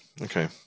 Okay